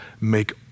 make